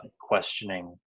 questioning